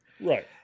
Right